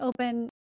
open